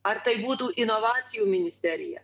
ar tai būtų inovacijų ministerija